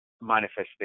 manifestation